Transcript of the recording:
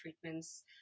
treatments